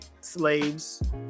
slaves